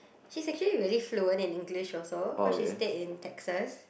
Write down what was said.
she's actually really fluent in English also cause she stayed in Texas